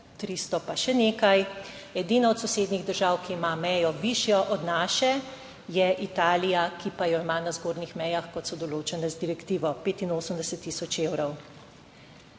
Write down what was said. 300 pa še nekaj. Edina od sosednjih držav, ki ima mejo višjo od naše, je Italija, ki pa jo ima na zgornjih mejah kot so določene z direktivo 85 tisoč evrov.